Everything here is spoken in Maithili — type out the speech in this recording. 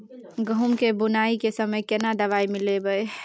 गहूम के बुनाई के समय केना दवाई मिलैबे?